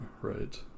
right